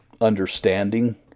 understanding